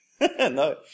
No